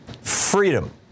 Freedom